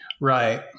right